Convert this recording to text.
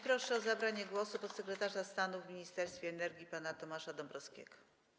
Proszę o zabranie głosu podsekretarza stanu w Ministerstwie Energii pana Tomasza Dąbrowskiego.